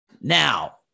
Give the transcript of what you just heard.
Now